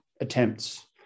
attempts